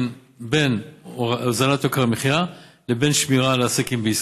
בין הורדת יוקר המחיה לבין שמירה על עסקים בישראל.